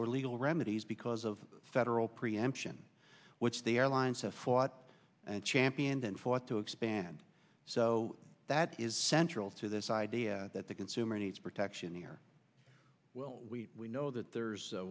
or legal remedies because of federal preemption which the airlines have fought and championed and fought to expand so that is central to this idea that the consumer needs protection here we we know that there's